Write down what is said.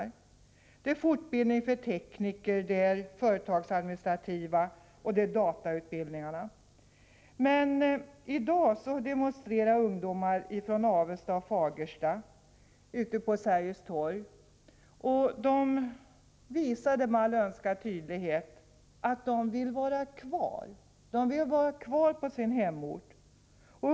Det gäller fortbildning för tekniker, företagsadministrativ utbildning och datautbildning. I dag demonstrerade ungdomar från Avesta och Fagersta ute på Sergels torg. De visade med all önskvärd tydlighet att de vill vara kvar på sina resp. hemorter.